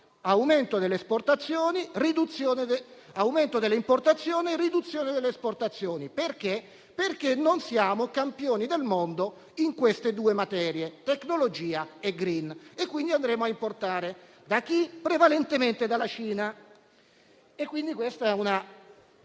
aumento delle importazioni e riduzione delle esportazioni. Perché? Perché non siamo campioni del mondo in queste due materie (tecnologia e *green*) e quindi andremo a importare. Da chi? Prevalentemente dalla Cina. Questa è una